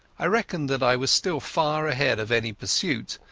i reckoned that i was still far ahead of any pursuit,